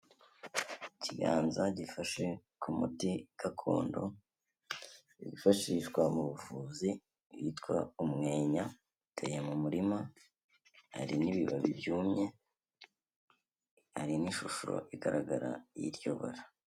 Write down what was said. Ikiganza gifashe ku muti gakondo wifashishwa mu buvuzi, witwa umwenya, uteye mu murima, hari n'ibibabi byumye hari n'ishusho igaragara y'iryo bara.